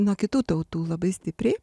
nuo kitų tautų labai stipriai